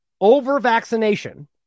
over-vaccination